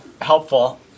helpful